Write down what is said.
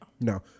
No